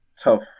tough